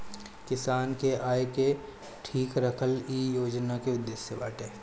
किसान के आय के ठीक रखल इ योजना के उद्देश्य बाटे